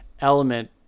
element